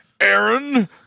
Aaron